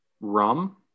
rum